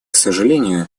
сожалению